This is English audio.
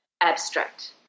abstract